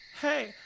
Hey